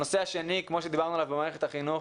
הנושא השני, כמו שדיברנו עליו במערכת החינוך,